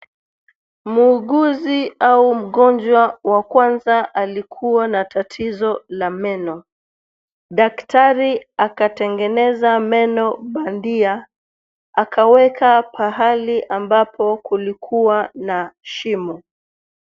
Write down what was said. Muuguzi au mgonjwa wa kwanza alikua na tatizo la meno. Daktari akatengeneza meno bandia akaweka pahali ambapo kulikua na shimo.